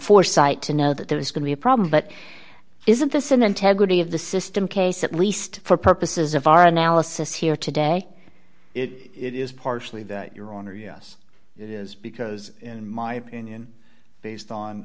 foresight to know that there is going to be a problem but isn't this an integrity of the system case at least for purposes of our analysis here today it is partially that your honor yes it is because in my opinion based on